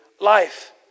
life